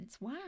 wow